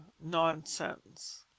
nonsense